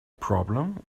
problem